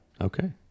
Okay